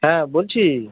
হ্যাঁ বলছি